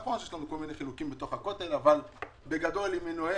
נכון שיש לנו כל מיני חילוקי דעות בתוך הכותל אבל בגדול זה מנוהל,